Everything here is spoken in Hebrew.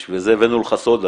בשביל זה הבאנו לך סודה.